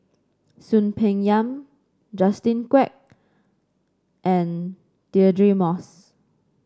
Soon Peng Yam Justin Quek and Deirdre Moss